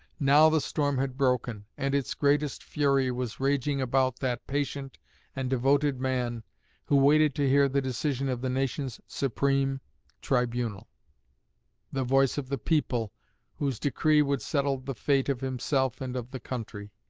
now the storm had broken, and its greatest fury was raging about that patient and devoted man who waited to hear the decision of the nation's supreme tribunal the voice of the people whose decree would settle the fate of himself and of the country.